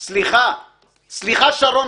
סליחה, שרון.